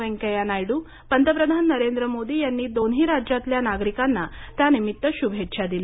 वैन्कैय्या नायडूपंतप्रधान नरेंद्र मोदी यांनी दोन्ही राज्यातल्या नागरिकांना त्यानिमित्त शुभेच्छा दिल्या